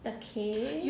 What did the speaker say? the case